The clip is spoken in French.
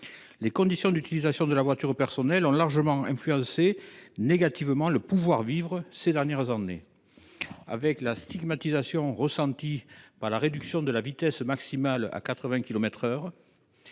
les conditions d’utilisation de la voiture personnelle ont largement influencé négativement le pouvoir de vivre ces dernières années, sous l’effet de la réduction de la vitesse maximale à 80 kilomètres